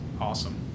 awesome